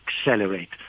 accelerate